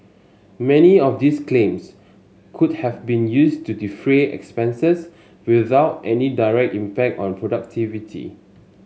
many of these claims could have been used to defray expenses without any direct impact on productivity